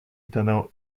tunnel